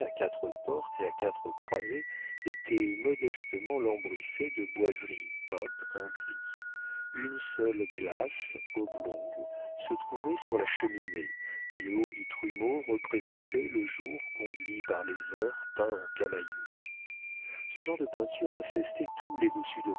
quatre portes et à quatre croisées était modestement lambrissé de boiseries peintes en gris une seule glace oblongue se trouvait sur la cheminée et le haut du trumeau représentait le jour conduit par les heures peint en camaïeu ce genre de peinture infestait tous les